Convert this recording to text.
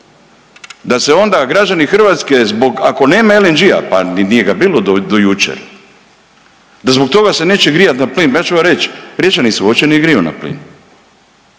da se onda građani Hrvatske zbog ako nema LNG-a, pa ni nije ga bilo do, do jučer, da zbog toga se neće grijat na plin. Ma ja ću vam reć, Riječani se uopće ne griju na plin,